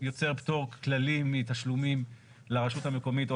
יוצר פטור כללי מתשלומים לרשות המקומית או